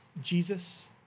Jesus